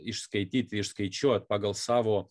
išskaityt išskaičiuot pagal savo